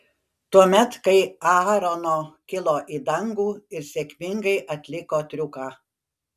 tuomet kai aarono kilo į dangų ir sėkmingai atliko triuką